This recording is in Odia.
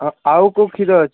ଆଉ କେଉଁ କ୍ଷୀର ଅଛି